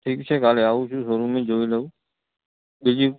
ઠીક છે કાલે આવું છું શોરુમે જોઈ લઉં બીજી